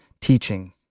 teaching